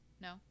No